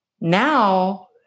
Now